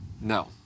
No